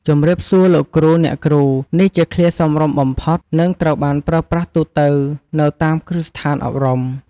"ជំរាបសួរលោកគ្រូ អ្នកគ្រូ" នេះជាឃ្លាសមរម្យបំផុត និងត្រូវបានប្រើប្រាស់ទូទៅនៅតាមគ្រឹះស្ថានអប់រំ។